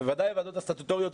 ובוודאי כל הוועדות הסטטוטוריות,